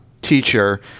teacher